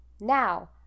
Now